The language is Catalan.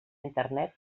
internet